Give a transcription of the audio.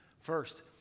First